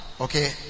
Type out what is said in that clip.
Okay